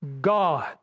God